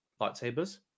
lightsabers